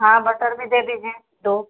हाँ बटर भी दे दीजिए दो